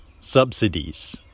Subsidies